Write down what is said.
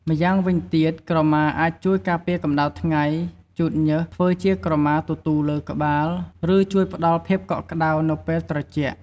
ម្យ៉ាងវិញទៀត ក្រមាអាចជួយការពារកម្ដៅថ្ងៃ ជូតញើស ធ្វើជាក្រមាទទូលលើក្បាល ឬជួយផ្ដល់ភាពកក់ក្ដៅនៅពេលត្រជាក់។